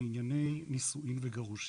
בענייני נישואים וגירושים.